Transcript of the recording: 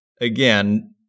again